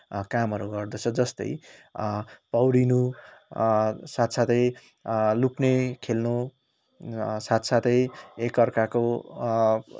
कामहरू गर्दछ जस्तै पौडि्नु साथसाथै लुक्ने खेल्नु साथसाथै एक अर्काको